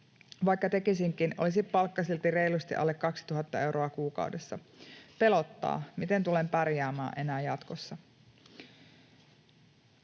vaikka tekisinkin, olisi palkka silti reilusti alle 2 000 euroa kuukaudessa. Pelottaa, miten tulen pärjäämään enää jatkossa.”